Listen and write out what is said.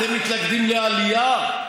אתם מתנגדים לעלייה?